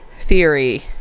theory